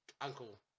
uncle